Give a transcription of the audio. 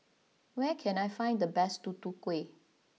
where can I find the best Tutu Kueh